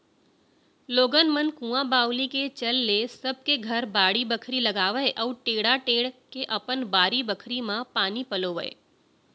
लोगन मन कुंआ बावली के चल ले सब के घर बाड़ी बखरी लगावय अउ टेड़ा टेंड़ के अपन बारी बखरी म पानी पलोवय